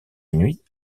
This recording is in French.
nuit